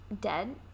dead